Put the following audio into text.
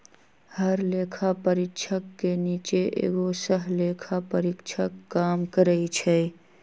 हर लेखा परीक्षक के नीचे एगो सहलेखा परीक्षक काम करई छई